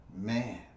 man